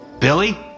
billy